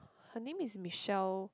her name is Michelle